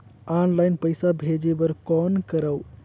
Online पईसा भेजे बर कौन करव?